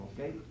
Okay